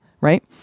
Right